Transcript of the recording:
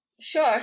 Sure